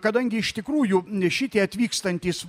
kadangi iš tikrųjų šitie atvykstantys